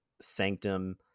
sanctum